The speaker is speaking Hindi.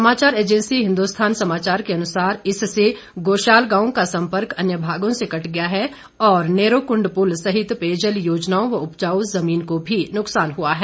समाचार एजेंसी हिंदुस्थान समाचार के अनुसार इससे गोशाल गांव का संपर्क अन्य भागों से कट गया है और नेरोकुंड पुल सहित पेयजल योजनाओं और उपजाउ जमीन को भी नुकसान हुआ है